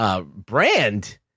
brand